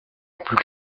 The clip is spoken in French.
plus